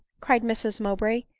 cried mrs mow bray,